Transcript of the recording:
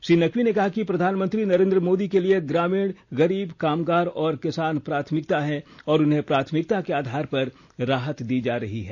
श्री नकवी ने कहा कि प्रधानमंत्री नरेंद्र मोदी के लिए ग्रामीण गरीब कामगार और किसान प्राथमिकता हैं और उन्हें प्राथमिकता के आधार पर राहत दी जा रही है